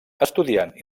estudiant